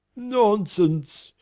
nonsense!